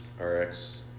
RX